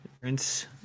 prince